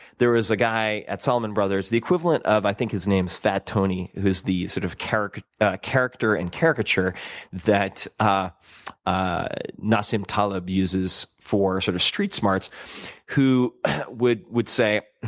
there was a guy at solomon brothers, the equivalent of i think his name is fat tony, who's the sort of character character and caricature that ah ah nassim taleb uses for sort of street smarts who would would say